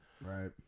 right